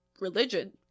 religion